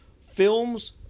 films